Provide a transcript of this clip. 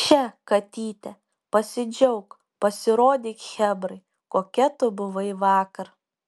še katyte pasidžiauk pasirodyk chebrai kokia tu buvai vakar